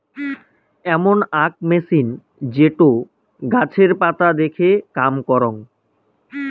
এমন আক মেছিন যেটো গাছের পাতা দেখে কাম করং